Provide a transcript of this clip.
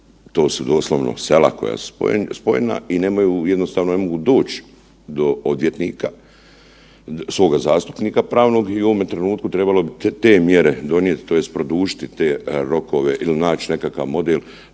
to su doslovno sela koja su spojena i nemaju, jednostavno ne mogu doć do odvjetnika, svoga zastupnika pravnog i u ovome trenutku trebalo bi te mjere donijet tj. produžiti te rokove il naći nekakav model,